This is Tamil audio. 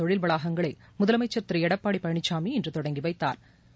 தொழில் வளாகங்களை முதலமைச்சா் திரு எடப்பாடி பழனிசாமி இன்று தொடங்கி வைத்தாா்